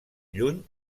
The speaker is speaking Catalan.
lluny